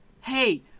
hey